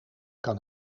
kan